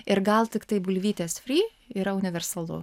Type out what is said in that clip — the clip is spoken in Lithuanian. ir gal tiktai bulvytės fri yra universalu